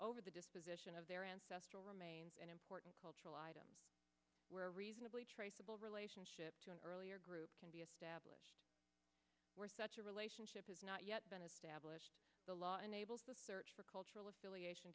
over the disposition of their ancestral remains and important cultural items were reasonably traceable relationship to an earlier group can be established where such a relationship has not yet been established the law enables the search for cultural affiliation